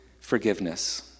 forgiveness